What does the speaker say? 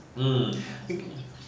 hmm